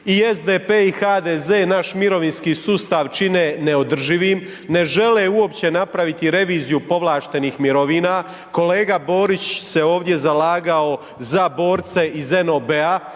i SDP i HDZ i naš mirovinski sustav čine neodrživim. Ne žele uopće napraviti reviziju povlaštenih mirovina, kolega Borić se ovdje zalagao za borce ih NOB-a,